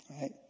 right